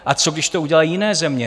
A co když to udělají jiné země?